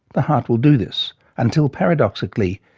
the heart will do this until, paradoxically,